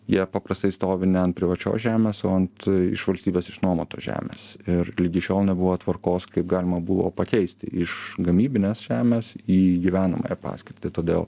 jie paprastai stovi ne ant privačios žemės o ant iš valstybės išnuomotos žemės ir ligi šiol nebuvo tvarkos kaip galima buvo pakeisti iš gamybinės žemės į gyvenamąją paskirtį todėl